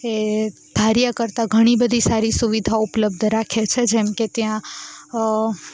એ ધાર્યા કરતાં ઘણી બધી સારી સુવિધાઓ ઉપલબ્ધ રાખે છે જેમ કે ત્યાં